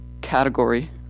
category